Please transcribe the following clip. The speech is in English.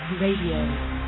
Radio